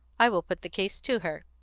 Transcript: i will put the case to her.